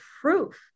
proof